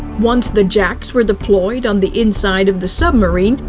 once the jacks were deployed on the inside of the submarine,